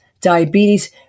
Diabetes